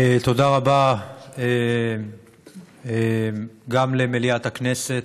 תודה רבה גם למליאת הכנסת,